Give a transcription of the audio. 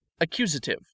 accusative